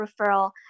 referral